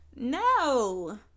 No